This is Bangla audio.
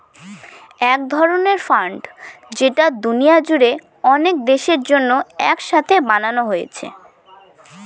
এক ধরনের ফান্ড যেটা দুনিয়া জুড়ে অনেক দেশের জন্য এক সাথে বানানো হয়